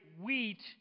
wheat